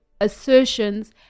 Assertions